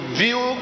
view